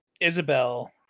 Isabel